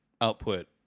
output